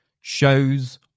shows